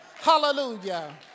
Hallelujah